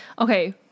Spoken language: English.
Okay